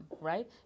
right